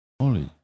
Holy